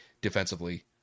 defensively